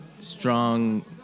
strong